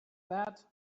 that